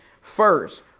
First